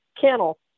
kennel